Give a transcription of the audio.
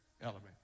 element